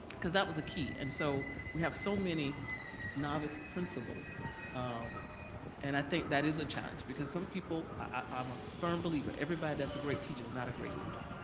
cause that was a key and so we have so many novice principals ah and i think that is a challenge because some people, i'm a firm believer, everybody that's a great teacher is not a great leader,